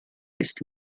ist